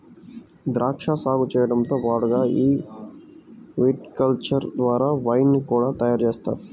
ద్రాక్షా సాగు చేయడంతో పాటుగా ఈ విటికల్చర్ ద్వారా వైన్ ని కూడా తయారుజేస్తారు